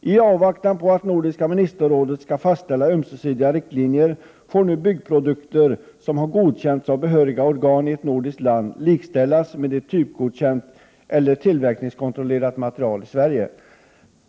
I avvaktan på Nordiska ministerrådets fastställande av ömsesidiga riktlinjer får nu de byggprodukter som har godkänts av behörigt organ i ett nordiskt land likställas med ett typgodkänt eller tillverkningskontrollerat material i Sverige.